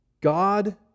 God